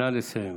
נא לסיים.